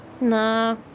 Nah